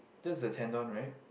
that's the tendon right